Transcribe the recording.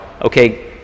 Okay